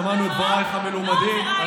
שמענו את דברייך המלומדים.